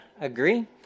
agree